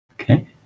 Okay